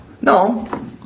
No